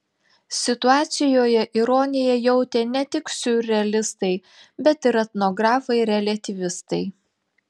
situacijoje ironiją jautė ne tik siurrealistai bet ir etnografai reliatyvistai